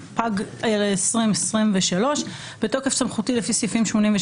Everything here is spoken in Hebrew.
התשפ"ב-2021 בתוקף סמכותי לפי סעיפים 82,